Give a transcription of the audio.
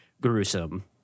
gruesome